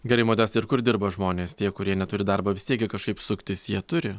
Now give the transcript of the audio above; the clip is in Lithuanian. gerai modesta ir kur dirba žmonės tie kurie neturi darbo vis tiek gi kažkaip suktis jie turi